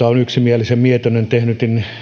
on yksimielisen mietinnön tehnyt